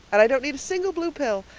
and i don't need a single blue pill!